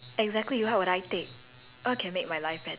but like to be there it's very stressful